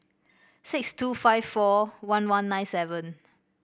six two five four one one nine seven